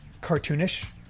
cartoonish